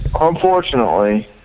Unfortunately